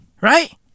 right